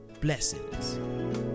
Blessings